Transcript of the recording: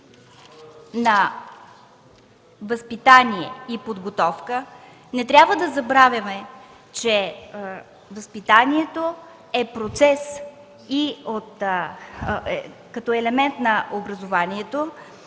на „възпитание и подготовка”, не трябва да забравяме, че възпитанието, като елемент на образованието,